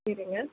சரிங்க